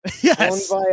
Yes